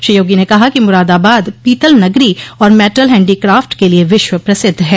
श्री योगी ने कहा कि मुरादाबाद पीतल नगरी और मेटल हैंडीक्राफ्ट के लिए विश्व प्रसिद्ध है